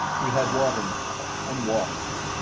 we had water now, and warmth,